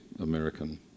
American